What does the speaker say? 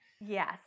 Yes